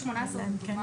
דווקא